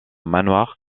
manoir